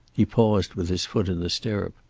he paused, with his foot in the stirrup.